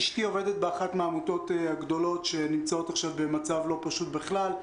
אשתי עובדת באחת מהעמותות הגדולות שנמצאות עכשיו במצב לא פשוט בכלל,